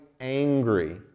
angry